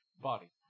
body